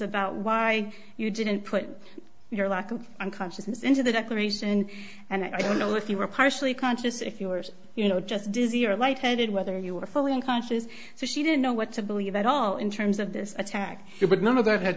about why you didn't put your lack of unconsciousness into the declaration and i don't know if you were partially conscious if you were you know just dizzy or light headed whether you were fully in conscious so she didn't know what to believe at all in terms of this attack but none of that had